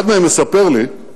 אחד מהם מספר לי,